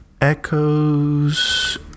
echoes